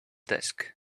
desk